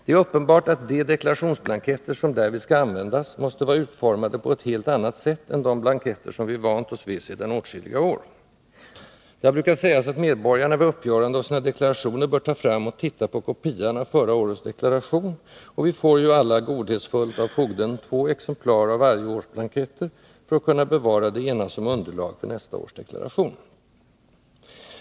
Det är uppenbart att de deklarationsblanketter som därvid skall användas måste vara utformade på ett helt annat sätt än de blanketter som vi vant oss vid sedan åtskilliga år. Det har brukat sägas att medborgarna vid uppgörande av sina deklarationer bör ta fram och titta på kopian av förra årets deklaration, och vi får ju alla godhetsfullt av fogden två exemplar av varje års blanketter för att kunna bevara det ena som underlag för nästa års deklaration.